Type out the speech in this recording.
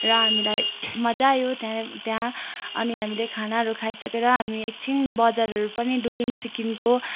र हामीलाई मजा आयो त्यहाँ पनि त्यहाँ अनि हामीले खानाहरू खाइसकेर हामी एकछिन बजारहरू पनि डुल्यौँ सिक्किमको